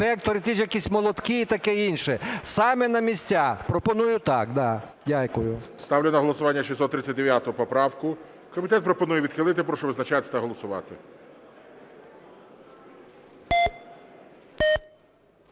ті ж якісь молотки і таке інше саме на місця. Пропоную так. Дякую. ГОЛОВУЮЧИЙ. Ставлю на голосування 639 поправку, комітет пропонує відхилити. Прошу визначатися та голосувати.